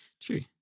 true